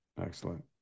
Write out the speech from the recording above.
excellent